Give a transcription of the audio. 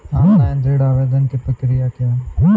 Online ऋण आवेदन की प्रक्रिया क्या है?